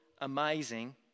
amazing